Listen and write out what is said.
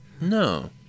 No